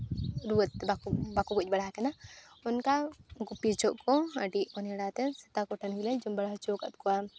ᱨᱩᱣᱟᱹᱜ ᱵᱟᱠᱚ ᱵᱟᱠᱚ ᱜᱚᱡ ᱵᱟᱲᱟ ᱟᱠᱟᱱᱟ ᱚᱱᱠᱟ ᱜᱩᱯᱤ ᱦᱚᱪᱚᱜ ᱠᱚ ᱟᱹᱰᱤ ᱚᱱᱦᱮᱲᱟᱛᱮ ᱥᱮᱛᱟ ᱠᱚᱴᱷᱮᱱ ᱜᱮᱞᱮ ᱡᱚᱢ ᱵᱟᱲᱟ ᱦᱚᱪᱚ ᱟᱠᱟᱫ ᱠᱚᱣᱟ